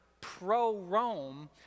pro-Rome